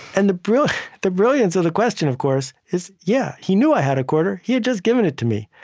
and the brilliance the brilliance of the question, of course, is yeah he knew i had a quarter. he had just given it to me.